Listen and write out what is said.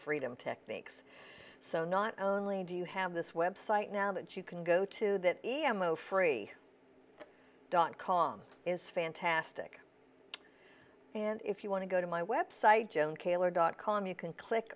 freedom techniques so not only do you have this website now that you can go to that e m i free dot com is fantastic and if you want to go to my web site joan kaylor dot com you can click